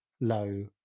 low